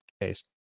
case